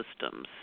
systems